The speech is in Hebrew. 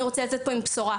אני רוצה לצאת פה עם בשורה.